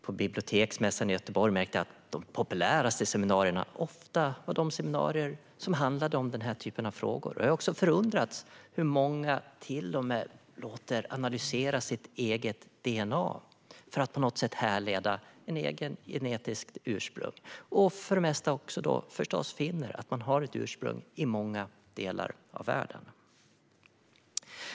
På biblioteksmässan i Göteborg märkte jag att de populäraste seminarierna ofta var de som handlade om den här typen av frågor, och jag har även förundrats över hur många som till och med låter analysera sitt DNA för att på något sätt härleda sitt eget genetiska ursprung. För det mesta finner man förstås att man har ett ursprung i många delar av världen.